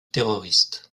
terroristes